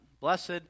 Blessed